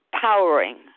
powering